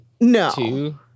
No